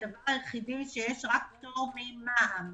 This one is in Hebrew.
הדבר היחיד, שיש פטור ממע"מ.